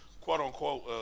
quote-unquote –